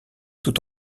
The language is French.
tout